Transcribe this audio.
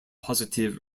positive